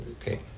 okay